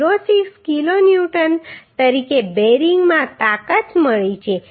06 kilo newton તરીકે બેરિંગમાં તાકાત મળી છે